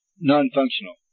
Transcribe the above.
non-functional